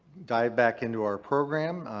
dive back into our program.